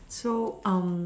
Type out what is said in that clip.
so um